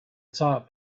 top